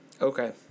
Okay